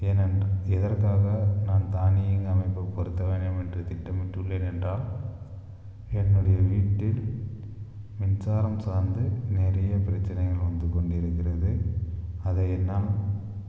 ஏனென் எதற்காக நான் தானியங்கி அமைப்பை பொருத்த வேணும் என்று திட்டமிட்டுள்ளேன் என்றால் என்னுடைய வீட்டில் மின்சாரம் சார்ந்து நிறைய பிரச்சினைகள் வந்துக்கொண்டு இருக்கிறது அதை என்னால்